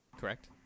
Correct